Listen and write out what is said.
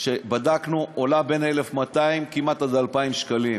שבדקנו עולה מ-1,200 עד כמעט 2,000 שקלים